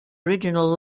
original